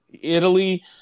Italy